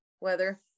Weather